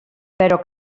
però